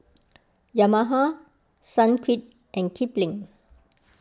Yamaha Sunquick and Kipling